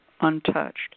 untouched